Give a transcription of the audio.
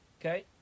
Okay